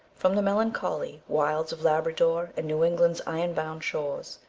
from the melancholy wilds of labrador and new england's ironbound shores,